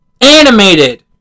Animated